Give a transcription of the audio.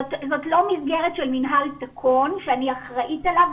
זאת לא מסגרת של מינהל תקון שאני אחראית עליו,